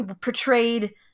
portrayed